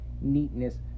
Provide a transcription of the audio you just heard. neatness